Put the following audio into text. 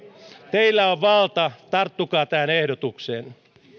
teillä on valta tarttukaa tähän ehdotukseen